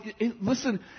listen